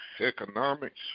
economics